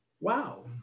wow